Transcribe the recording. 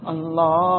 Allah